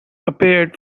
appeared